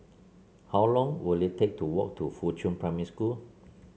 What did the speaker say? how long will it take to walk to Fuchun Primary School